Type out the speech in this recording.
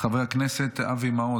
חבר הכנסת אבי מעוז,